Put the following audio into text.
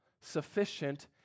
sufficient